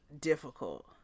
difficult